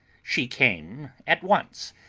she came at once,